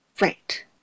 Right